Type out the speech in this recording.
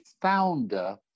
founder